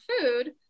food